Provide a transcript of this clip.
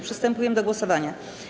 Przystępujemy do głosowania.